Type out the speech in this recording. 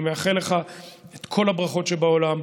אני מאחל לך את כל הברכות שבעולם.